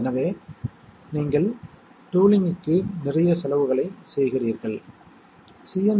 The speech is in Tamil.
மற்ற எல்லா நிகழ்வுகளும் இல்லை அது 0